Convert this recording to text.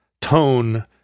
tone